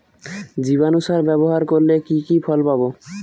জীবাণু সার ব্যাবহার করলে কি কি ফল পাবো?